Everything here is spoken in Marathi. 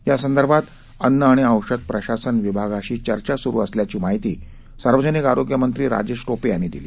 यासंदर्भात अन्न आणि औषध प्रशासन विभागाशी चर्चा स्रू असल्याची माहिती सार्वजनिक आरोग्य मंत्री राजेश टोपे यांनी दिली